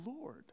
Lord